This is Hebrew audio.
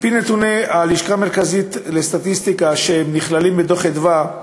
על-פי נתוני הלשכה המרכזית לסטטיסטיקה שנכללים בדוח "מרכז אדוה",